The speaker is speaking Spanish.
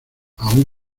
aun